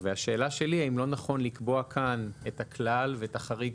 השאלה שלי היא האם לא נכון לקבוע כאן את הכלל ואת החריג.